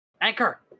Anchor